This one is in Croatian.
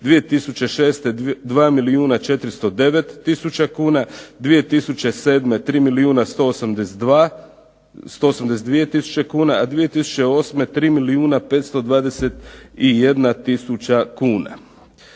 2006. 2 milijuna 409 tisuća kuna, 2007. 3 milijuna 182 tisuće kuna, a 2008. 3 milijuna 521 tisuća kuna.